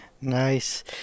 Nice